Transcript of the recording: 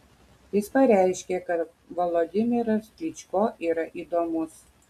jis pareiškė kad volodymyras klyčko yra įdomus